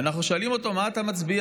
אנחנו שואלים אותו: על מה אתה מצביע?